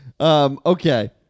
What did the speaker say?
Okay